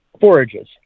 forages